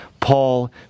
Paul